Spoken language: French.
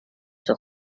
sur